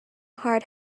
hard